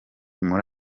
muri